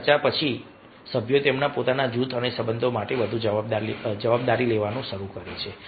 ચર્ચા પછી સભ્યો તેમના પોતાના જૂથ અને સંબંધ માટે વધુ જવાબદારી લેવાનું શરૂ કરે છે